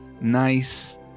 nice